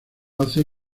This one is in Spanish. hace